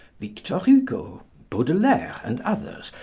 victor hugo, baudelaire, and others,